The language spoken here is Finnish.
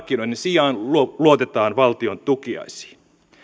markkinoinnin sijaan luotetaan valtion tukiaisiin